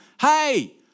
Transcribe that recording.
hey